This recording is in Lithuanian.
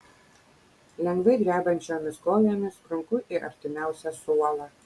lengvai drebančiomis kojomis sprunku į artimiausią suolą